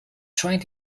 trying